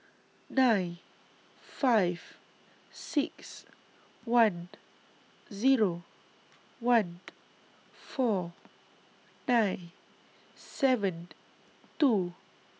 nine five six one Zero one four nine seven two